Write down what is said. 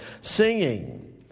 singing